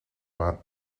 vingt